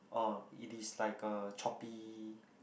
orh it is like a choppy